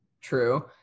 true